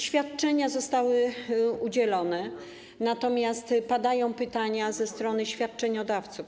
Świadczenia zostały udzielone, natomiast padają pytania ze strony świadczeniodawców: